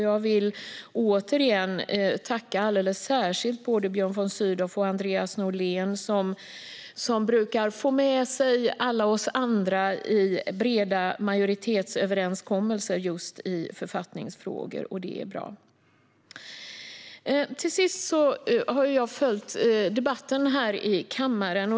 Jag vill återigen tacka alldeles särskilt Björn von Sydow och Andreas Norlén som brukar få med sig alla oss andra i breda majoritetsöverenskommelser just i författningsfrågor, och det är bra. Till sist: Jag har ju följt debatten här kammaren.